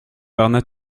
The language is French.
dire